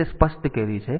તેથી તે સ્પષ્ટ કેરી છે